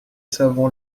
savon